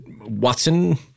Watson